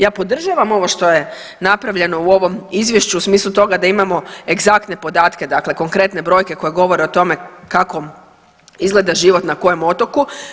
Ja podržavam ovo što je napravljeno u ovom izvješću u smislu toga da imamo egzaktne podatke, dakle konkretne brojke koje govore o tome kako izgleda život na kojem otoku.